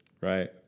Right